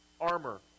armor